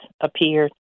appeared